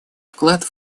вклад